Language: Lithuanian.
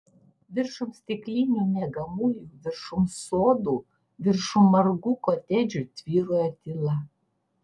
viršum stiklinių miegamųjų viršum sodų viršum margų kotedžų tvyrojo tyla